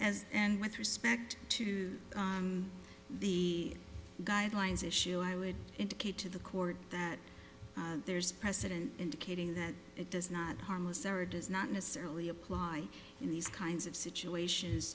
as and with respect to the guidelines issue i would indicate to the court that there's precedent indicating that it does not harmless error does not necessarily apply in these kinds of situations